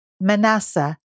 Manasseh